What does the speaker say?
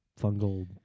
fungal